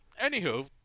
Anywho